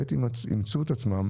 כעת ימצאו את עצמם,